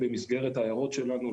בגלל הבדיקות שהם די דרקוניות,